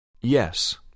Yes